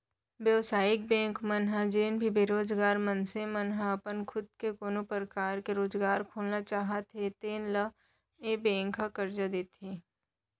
बेवसायिक बेंक मन ह जेन भी बेरोजगार मनसे मन ह अपन खुद के कोनो परकार ले रोजगार खोलना चाहते तेन ल ए बेंक ह करजा देथे